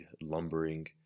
lumbering